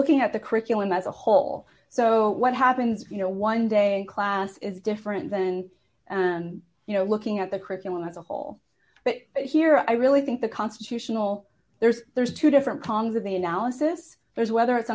looking at the curriculum as a whole so what happens you know one day in class is different than you know looking at the curriculum as a whole but here i really think the constitutional there's there's two different congress the analysis is whether it's